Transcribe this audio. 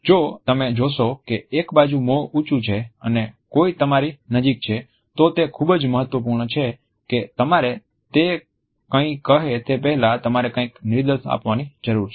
જો તમે જોશો કે એક બાજુ મોં ઊંચું છે અને કોઈ તમારી નજીક છે તો તે ખૂબ જ મહત્વપૂર્ણ છે કે તમારે તે કઈ કહે તે પહેલાં તમારે કંઈક નિદર્શ આપવાની જરૂર છે